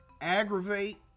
aggravate